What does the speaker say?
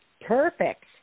perfect